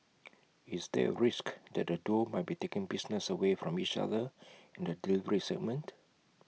is there A risk that the duo might be taking business away from each other in the delivery segment